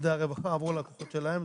שדה הרווחה, עבור הלקוחות שלהם.